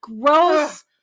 Gross